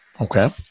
Okay